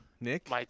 Nick